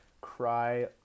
Cry